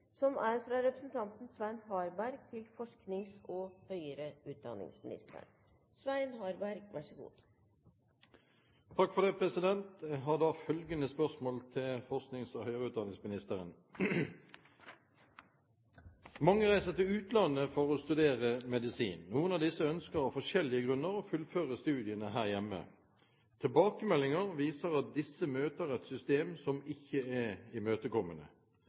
høyere utdanningsministeren: «Mange reiser til utlandet for å studere medisin. Noen av disse ønsker av forskjellige grunner å fullføre studiene her hjemme. Tilbakemeldinger viser at disse møter et system som ikke er imøtekommende.